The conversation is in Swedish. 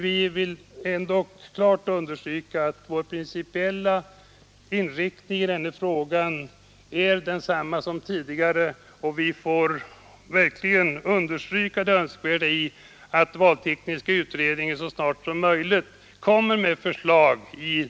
Vi vill dock klart understryka att vår principiella inriktning i denna fråga är densamma som tidigare, och vi vill verkligen betona det önskvärda i att valtekniska utredningen så snart som möjligt lägger fram förslag.